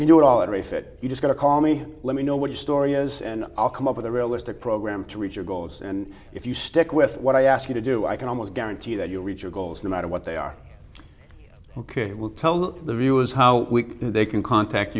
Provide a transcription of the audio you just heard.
do it all of a fit you just got to call me let me know what your story is and i'll come up with a realistic program to reach your goals and if you stick with what i ask you to do i can almost guarantee that you'll reach your goals no matter what they are ok we'll tell the viewers how they can contact